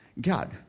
God